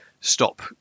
stop